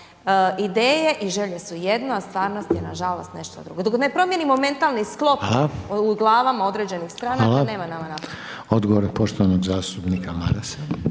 ideje i želje su jedno a stvarnost je nažalost nešto drugo. Dok ne promijenimo mentalni sklop u glavama određenih stranaka, nema nama naprijed. **Reiner, Željko (HDZ)** Hvala.